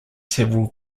several